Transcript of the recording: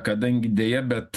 kadangi deja bet